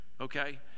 okay